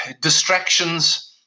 distractions